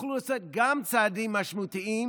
ויוכלו לעשות גם צעדים משמעותיים,